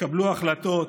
תקבלו החלטות